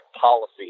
policy